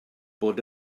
bod